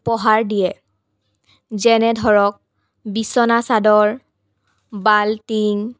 উপহাৰ দিয়ে যেনে ধৰক বিচনা চাদৰ বাল্টিং